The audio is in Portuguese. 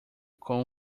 com